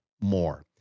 more